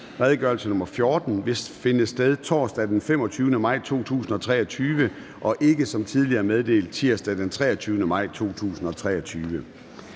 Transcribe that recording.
redegørelse nr. R 14, vil finde sted torsdag den 25. maj 2023 og ikke som tidligere meddelt tirsdag den 23. maj 2023.